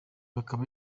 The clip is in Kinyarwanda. akaba